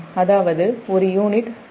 அதாவது M ஒரு யூனிட்Hπf